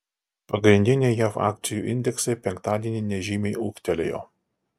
pagrindiniai jav akcijų indeksai penktadienį nežymiai ūgtelėjo